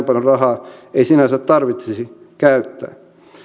paljon rahaa ei tarvitsisi käyttää